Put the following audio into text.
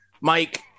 Mike